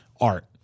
art